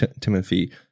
Timothy